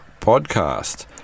Podcast